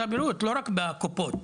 לא רק בקופות,